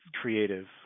creative